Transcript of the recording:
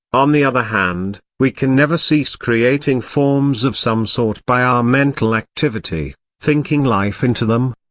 on the other hand, we can never cease creating forms of some sort by our mental activity, thinking life into them.